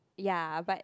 ya but